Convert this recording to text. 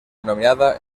denominada